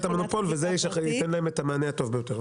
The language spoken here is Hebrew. וזה ייתן להם את המענה הטוב ביותר.